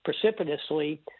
precipitously